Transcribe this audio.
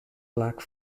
black